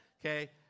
Okay